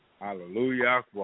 Hallelujah